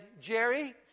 Jerry